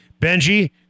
Benji